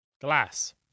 Glass